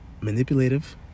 manipulative